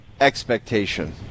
expectation